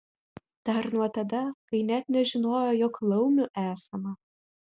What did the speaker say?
dar nuo tada kai net nežinojo jog laumių esama